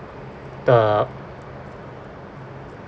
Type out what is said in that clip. the